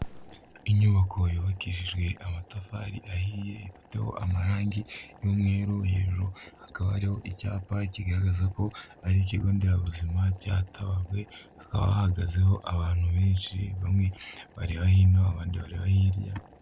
Inyubako yubakishijwe amatafari ahiye ifiteho amarangi y'umweru hejuru hakaba hariho icyapa kigaragaza ko ari ikigo nderabuzima cya Tabagwe, hakaba hahagazeho abantu benshi bamwe bareba hino abandi bareba hirya.